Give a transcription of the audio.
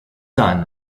son